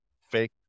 fake